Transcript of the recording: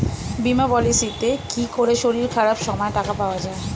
বীমা পলিসিতে কি করে শরীর খারাপ সময় টাকা পাওয়া যায়?